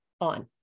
on